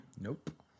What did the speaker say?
Nope